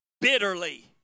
bitterly